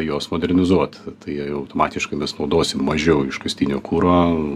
juos modernizuot tai automatiškai mes naudosim mažiau iškastinio kuro